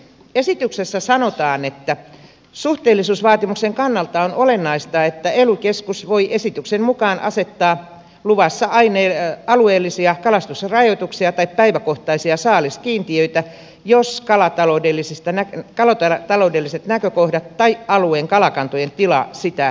esityksessä sanotaan että suhteellisuusvaatimuksen kannalta on olennaista että ely keskus voi esityksen mukaan asettaa luvassa alueellisia kalastusrajoituksia tai päiväkohtaisia saaliskiintiöitä jos kalataloudelliset näkökohdat tai alueen kalakantojen tila sitä edellyttävät